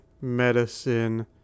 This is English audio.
medicine